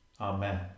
Amen